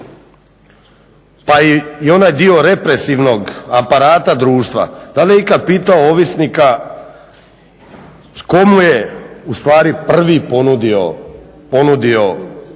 pa i onaj dio represivnog aparata društva, da li je ikad pitao ovisnika tko mu je ustvari prvi ponudio drogu,